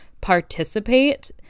participate